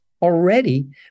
already